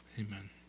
Amen